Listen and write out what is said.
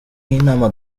y’inama